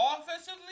offensively